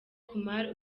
kumar